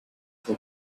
for